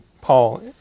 Paul